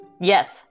Yes